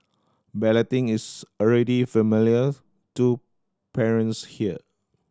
balloting is already familiars to parents here